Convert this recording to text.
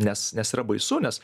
nes nes yra baisu nes